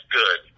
good